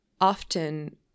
often